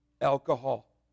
alcohol